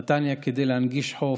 נתניה, כדי להנגיש חוף,